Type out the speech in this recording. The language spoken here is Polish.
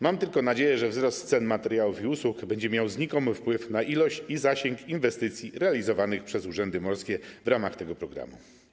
Mam tylko nadzieję, że wzrost cen materiałów i usług będzie miał znikomy wpływ na ilość i zasięg inwestycji realizowanych przez urzędy morskie w ramach tego programu.